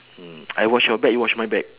mm I watch your back you watch my back